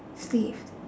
sleeved